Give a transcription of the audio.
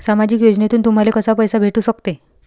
सामाजिक योजनेतून तुम्हाले कसा पैसा भेटू सकते?